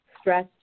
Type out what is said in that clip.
stress